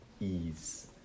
ease